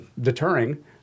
deterring